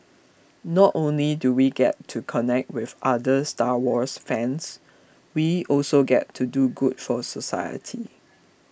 not only do we get to connect with other Star Wars fans we also get to do good for society